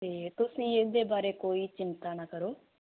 ਤੇ ਤੁਸੀਂ ਇਹਦੇ ਬਾਰੇ ਕੋਈ ਚਿੰਤਾ ਨਾ ਕਰੋ